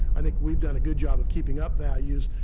i think we've done a good job of keeping up values.